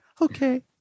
okay